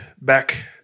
back